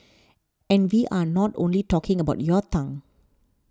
and we are not only talking about your tongue